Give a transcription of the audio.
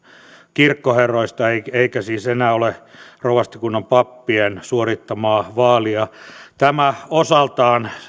kirkkoherroista eikä siis enää ole rovastikunnan pappien suorittamaa vaalia tämä osaltaan